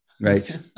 Right